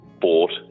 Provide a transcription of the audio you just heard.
bought